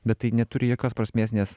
bet tai neturi jokios prasmės nes